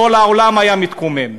כל העולם היה מתקומם.